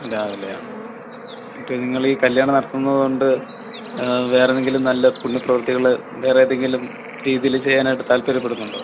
രാവിലെയാണ് ഓക്കെ ഇപ്പോൾ നിങ്ങൾ ഈ കല്യാണം നടത്തുന്നത് കൊണ്ട് വേറെ എന്തെങ്കിലും നല്ല പുണ്യ പ്രവൃത്തികൾ വേറെ ഏതെങ്കിലും രീതിയിൽ ചെയ്യാനായിട്ട് താല്പര്യപ്പെടുന്നുണ്ടോ